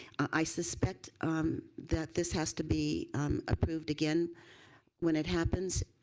i suspect that this has to be approved again when it happens